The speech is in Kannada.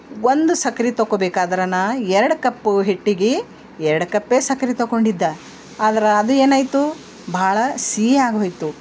ಒಂದು ಸಕ್ರೆ ತೊಗೋಬೇಕಾದ್ರ ನಾ ಎರಡು ಕಪ್ಪು ಹಿಟ್ಟಿಗೆ ಎರಡು ಕಪ್ಪೇ ಸಕ್ರೆ ತೊಗೊಂಡಿದ್ದ ಆದ್ರೆ ಅದು ಏನಾಯಿತು ಭಾಳ ಸಿಹಿಯಾಗ್ಹೋಯ್ತು